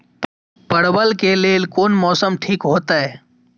परवल के लेल कोन मौसम ठीक होते?